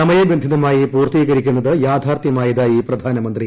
സമയബന്ധിതമായി പൂർത്തീകരിക്കുന്നത് യാഥാർത്ഥ്യമായതായി പ്രധാനമന്ത്രി